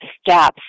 steps